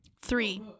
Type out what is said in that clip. three